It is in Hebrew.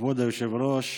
כבוד היושב-ראש,